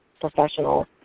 professional